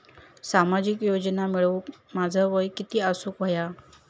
सामाजिक योजना मिळवूक माझा वय किती असूक व्हया?